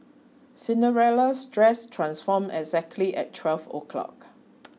Cinderella's dress transformed exactly at twelve o'clock